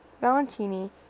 Valentini